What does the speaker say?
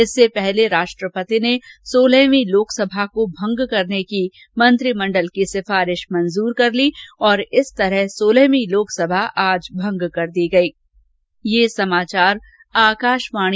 इससे पहले राष्ट्रपति ने सोलहवीं लोकसभा को भंग करने की मत्रिमंडल की सिफारिश मंजूर कर ली और इस तरह सोलहवीं लोकसभा आज भंग कर दी गयी